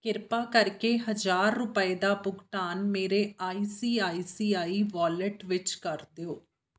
ਕਿਰਪਾ ਕਰਕੇ ਹਜ਼ਾਰ ਰੁਪਏ ਦਾ ਭੁਗਤਾਨ ਮੇਰੇ I C I C I wallet ਵਿੱਚ ਕਰ ਦਿਓ